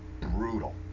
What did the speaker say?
brutal